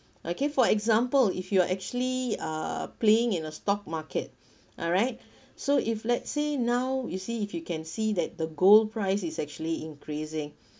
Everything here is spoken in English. okay for example if you are actually uh playing in a stock market alright so if let's say now you see if you can see that the gold price is actually increasing